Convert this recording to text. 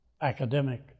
academic